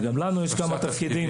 וגם לנו יש כמה תפקידים,